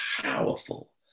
powerful